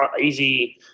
easy